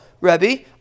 Rebbe